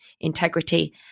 integrity